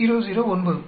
009